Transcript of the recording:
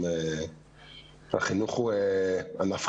תודה רבה.